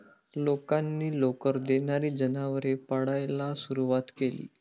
लोकांनी लोकर देणारी जनावरे पाळायला सुरवात केली